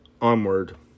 onward